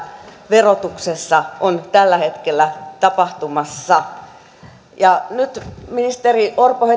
verotuksessa on tällä hetkellä tapahtumassa nyt ministeri orpo